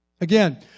Again